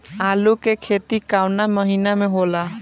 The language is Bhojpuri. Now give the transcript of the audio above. आलू के खेती कवना महीना में होला?